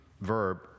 verb